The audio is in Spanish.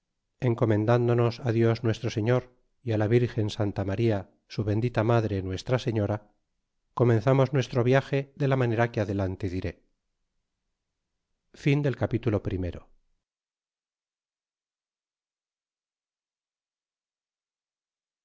encomendándonos dios nuestro señor y la virgen santa maría su bendita madre nuestra señora comenzamos nuestro viage de la manera que adelante diré capitulo